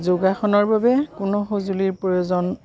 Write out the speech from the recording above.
যোগাসনৰ বাবে কোনো সঁজুলিৰ প্ৰয়োজন